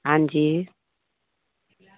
हां जी